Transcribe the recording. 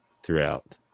throughout